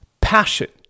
Passion